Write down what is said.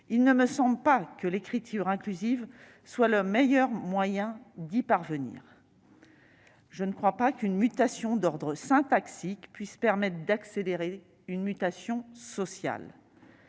il ne me semble pas que l'écriture inclusive soit le meilleur moyen d'y parvenir. Je ne crois pas qu'une mutation d'ordre syntaxique puisse permettre d'accélérer une mutation sociale.